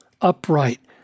upright